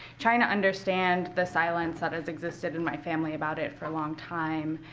trying to understand the silence that has existed in my family about it for a long time,